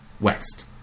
west